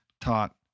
taught